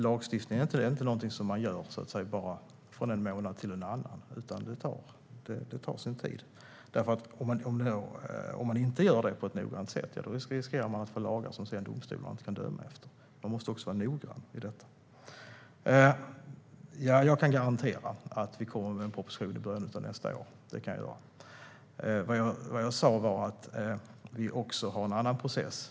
Lagstiftning är inte något som man gör från en månad till nästa, utan det tar sin tid. Om vi inte gör det på ett noggrant sätt riskerar vi att få lagar som domstolarna sedan inte kan döma efter. Man måste vara noggrann i det arbetet. Ja, jag kan garantera att vi kommer med en proposition i början av nästa år. Det jag sa var att vi också har en annan process.